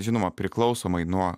žinoma priklausomai nuo